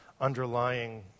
underlying